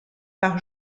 par